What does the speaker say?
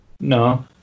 No